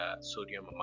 sodium